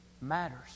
matters